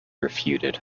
refuted